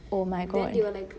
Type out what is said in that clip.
oh my god